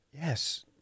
Yes